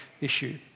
issue